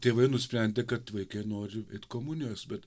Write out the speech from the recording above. tėvai nusprendė kad vaikai nori eit komunijos bet